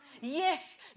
Yes